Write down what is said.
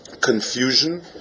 confusion